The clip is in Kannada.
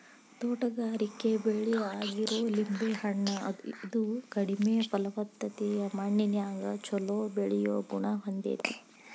ತೋಟಗಾರಿಕೆ ಬೆಳೆ ಆಗಿರೋ ಲಿಂಬೆ ಹಣ್ಣ, ಇದು ಕಡಿಮೆ ಫಲವತ್ತತೆಯ ಮಣ್ಣಿನ್ಯಾಗು ಚೊಲೋ ಬೆಳಿಯೋ ಗುಣ ಹೊಂದೇತಿ